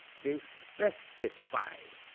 they specify